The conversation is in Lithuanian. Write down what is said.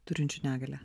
turinčių negalią